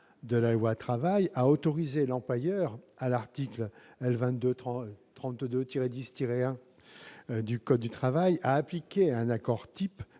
ou loi Travail, a autorisé l'employeur, à l'article L. 2232-10-1 du code du travail, à appliquer un accord type